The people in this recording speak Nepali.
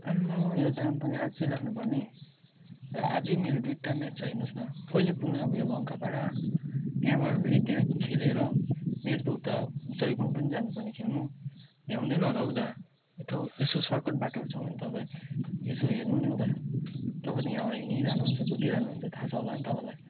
आम्मामामा यो जाम पनि आजै लाग्नुपर्ने आजै मेरो दुईवटा म्याच छ हेर्नुहोस् न कहिले पुग्ने अब यो लङ्कापाडा त्यहाँबाट फेरि त्यहाँ खेलेर मेरो त उता जयगाउँ पनि जानुपर्ने खेल्नु भ्याउँदैन होला हौ दा त्यो यसो सर्टकट बाटोहरू छ भने तपाईँ यसो हेर्नु नि हौ दा तपाईँ त यहाँबाट हिँडिरहनु हुन्छ कुदिरहनु हुन्छ थाहा छ होला नि तपाईँलाई